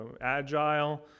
agile